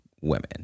women